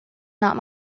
not